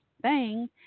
bang